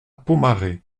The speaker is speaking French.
pomarez